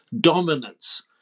dominance